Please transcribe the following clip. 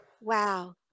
wow